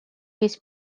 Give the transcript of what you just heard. his